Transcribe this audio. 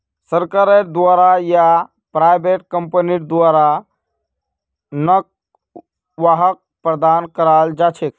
सरकारेर द्वारा या प्राइवेट कम्पनीर द्वारा तन्ख्वाहक प्रदान कराल जा छेक